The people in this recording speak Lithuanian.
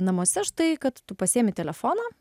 namuose štai kad tu pasiemi telefoną